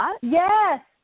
Yes